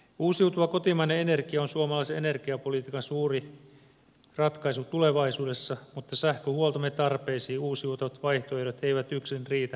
uusiutuva kotimainen energia on suomalaisen energiapolitiikan suuri ratkaisu tulevaisuudessa mutta sähköhuoltomme tarpeisiin uusiutuvat vaihtoehdot eivät yksin riitä tällä aikataululla